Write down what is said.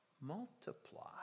multiply